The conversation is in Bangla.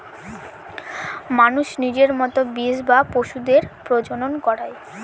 মানুষ নিজের মতো বীজ বা পশুদের প্রজনন করায়